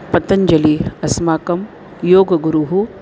पतञ्जलिः अस्माकं योगगुरुः